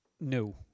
no